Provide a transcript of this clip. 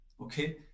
Okay